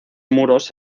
muros